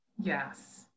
Yes